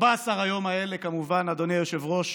14 היום האלה, כמובן, אדוני היושב-ראש,